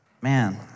man